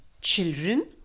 Children